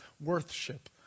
Worship